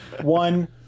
One